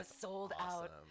sold-out